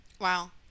Wow